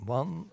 one